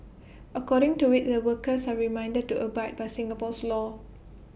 according to IT the workers are reminded to abide by Singapore's laws